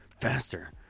faster